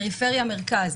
פריפריה-מרכז.